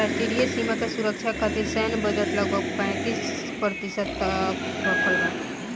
राष्ट्रीय सीमा के सुरक्षा खतिर सैन्य बजट लगभग पैंतीस प्रतिशत तक रखल बा